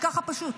ככה פשוט.